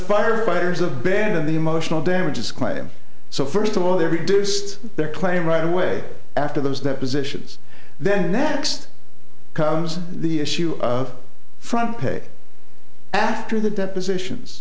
firefighters abandon the emotional damage is quiet so first of all they reduced their claim right away after those depositions then that next comes the issue of from pay after the depositions